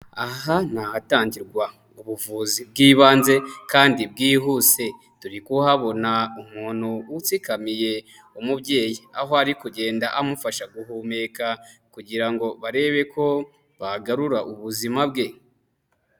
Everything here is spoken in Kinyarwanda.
Aha ni ahatangirwa ubuvuzi bw'ibanze kandi bwihuse, turi kuhabona umuntu utsikamiye umubyeyi aho ari kugenda amufasha guhumeka kugira ngo barebe ko bagarura ubuzima bwe.